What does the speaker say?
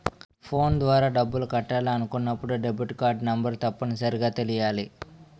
phone ద్వారా డబ్బులు కట్టాలి అనుకున్నప్పుడు డెబిట్కార్డ్ నెంబర్ తప్పనిసరిగా తెలియాలి